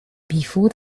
before